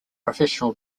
professional